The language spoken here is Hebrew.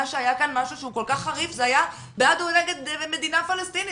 שהיה כאן משהו שהוא כל כך חריף היה בעד או נגד מדינה פלסטינית.